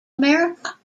america